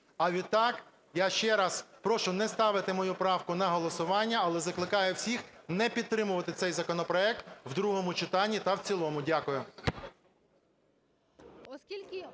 А відтак я ще раз прошу не ставити мою правку на голосування, але закликаю всіх не підтримувати цей законопроект в другому читанні та в цілому. Дякую.